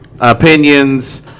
opinions